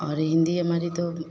और हिन्दी हमारी तो